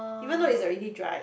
even though it's already dried